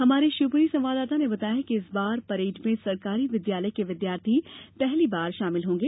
हमारे शिवपुरी संवाददाता ने बताया है कि इस बार परेंड में सरकारी विद्यालय के विद्यार्थी पहली बार शामिल होंगे